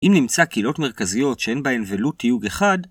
‫אם נמצא קילות מרכזיות ‫שאין בהן ולו תיוג אחד,